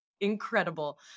incredible